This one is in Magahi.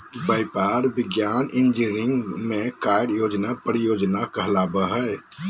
व्यापार, विज्ञान, इंजीनियरिंग में कार्य योजना परियोजना कहलाबो हइ